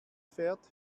fährt